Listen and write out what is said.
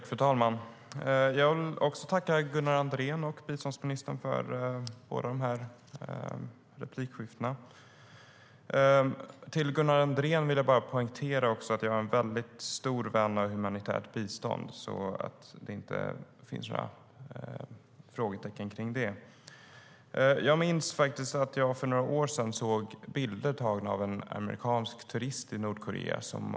Fru talman! Jag vill tacka Gunnar Andrén och biståndsministern för båda replikerna. För Gunnar Andrén vill jag poängtera - så att det inte finns några frågetecken kring det - att jag är en stor vän av humanitärt bistånd. Jag minns att jag för några år sedan såg bilder tagna av en amerikansk turist i Nordkorea.